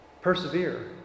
persevere